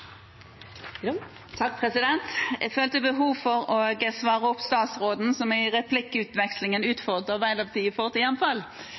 Jeg følte behov for å svare opp statsråden, som i replikkvekslingen utfordret Arbeiderpartiet på hjemfall.